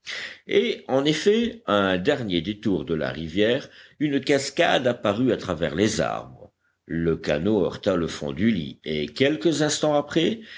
et en effet à un dernier détour de la rivière une cascade apparut à travers les arbres le canot heurta le fond du lit et quelques instants après